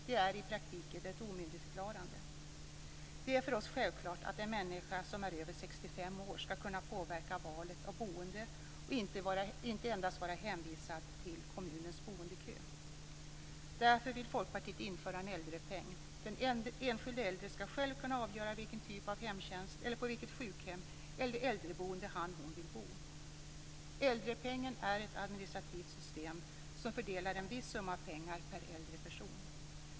Det är i praktiken ett omyndigförklarande. Det är för oss självklart att en människa som är över 65 år skall kunna påverka valet av boende och inte endast vara hänvisad till kommunens boendekö. Därför vill Folkpartiet införa en äldrepeng. Den enskilde äldre skall själv kunna avgöra vilken typ av hemtjänst eller på vilket sjukhem eller äldreboende han eller hon vill bo. Äldrepengen är ett administrativt system som fördelar en viss summa pengar per äldre person.